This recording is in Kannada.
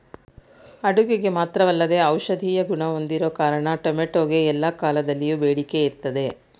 ಅಡುಗೆಗೆ ಮಾತ್ರವಲ್ಲದೇ ಔಷಧೀಯ ಗುಣ ಹೊಂದಿರೋ ಕಾರಣ ಟೊಮೆಟೊಗೆ ಎಲ್ಲಾ ಕಾಲದಲ್ಲಿಯೂ ಬೇಡಿಕೆ ಇರ್ತದೆ